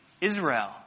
Israel